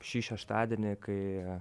šį šeštadienį kai